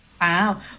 Wow